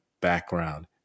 background